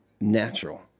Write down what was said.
natural